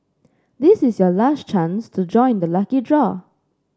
this is your last chance to join the lucky draw